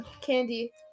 candy